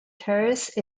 terrace